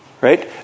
right